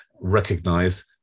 recognize